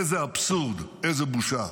איזה אבסורד, איזו בושה.